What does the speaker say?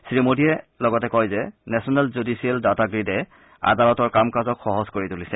শ্ৰীমোদীয়ে লগতে কয় যে নেশ্যনেল জুডিছিয়েল ডাটা গ্ৰীডে আদালতৰ কাম কাজক সহজ কৰি তুলিছে